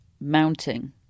mounting